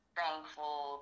thankful